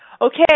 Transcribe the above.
okay